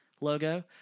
logo